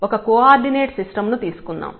ఒక coordinate system ను తీసుకుందాం